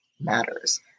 matters